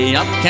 up